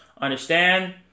understand